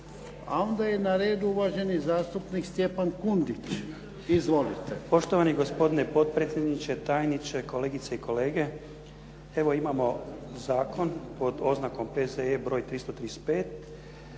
A onda je na redu uvaženi zastupnik Stjepan Kundić. Izvolite. **Kundić, Stjepan (HDZ)** Poštovani gospodine potpredsjedniče, tajniče, kolegice i kolege. Evo, imamo zakon pod oznakom P.Z.E. br. 335